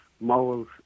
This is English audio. moles